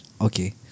Okay